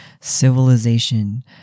civilization